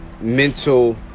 mental